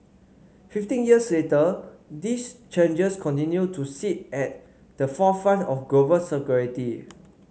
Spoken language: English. fifteen years later these challenges continue to sit at the forefront of global security